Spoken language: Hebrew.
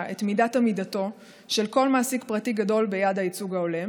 את מידת עמידתו של כל מעסיק פרטי גדול ביעד הייצוג ההולם,